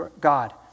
God